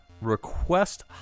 request